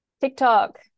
TikTok